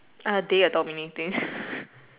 uh they are dominating